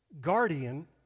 guardian